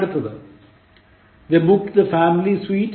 അടുത്തത് They booked the family suite